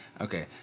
Okay